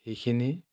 সেইখিনি